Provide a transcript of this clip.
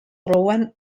rowan